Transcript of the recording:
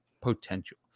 potential